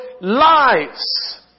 lives